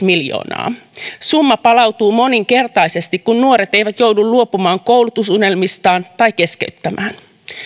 miljoonaa summa palautuu moninkertaisesti kun nuoret eivät joudu luopumaan koulutusunelmistaan tai keskeyttämään